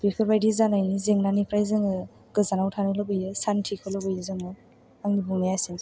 बेफोरबायदि जानायनि जेंनानिफ्राय जोङो गोजानाव थानो लुगैयो सान्तिखौ लुगैयो जोङो आंनि बुंनाया एसेनोसै